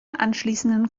anschließenden